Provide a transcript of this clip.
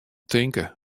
tinke